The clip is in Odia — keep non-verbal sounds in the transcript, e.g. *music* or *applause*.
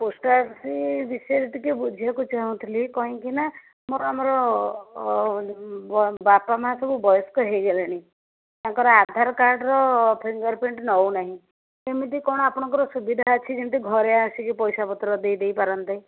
*unintelligible* ବିଷୟରେ ଟିକେ ବୁଝିବାକୁ ଚାହୁଁଥିଲି କହିଁକି ନା ମୋର ଆମର ବାପା ମାଆ ସବୁ ବୟସ୍କ ହେଇଗଲେଣି ତାଙ୍କର ଆଧାର କାର୍ଡ଼୍ର ଫିଙ୍ଗର୍ପ୍ରିଣ୍ଟ୍ ନେଉ ନାହିଁ କେମିତି କ'ଣ ଆପଣଙ୍କର ସୁବିଧା ଅଛି ଯେମିତି ଘରେ ଆସିକି ପଇସାପତ୍ର ଦେଇ ଦେଇପାରନ୍ତେ